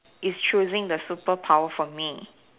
is choosing the superpower for me